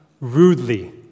rudely